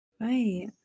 right